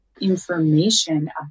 information